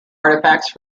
artefacts